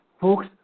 Folks